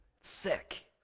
sick